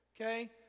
okay